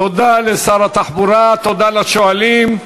תודה לשר התחבורה, תודה לשואלים.